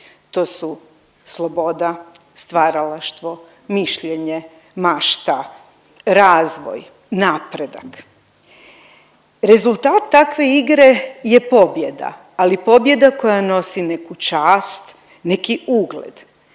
to su sloboda, stvaralaštvo, mišljenje, mašta, razvoj, napredak. Rezultat takve igre je pobjeda ali pobjeda koja nosi neku čast, neki ugled